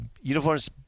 uniforms